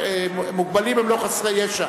מוגבלים הם לא חסרי ישע.